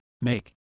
make